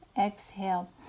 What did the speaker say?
exhale